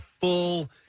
full